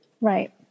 Right